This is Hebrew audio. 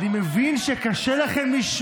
עם זה הולכים לסופר?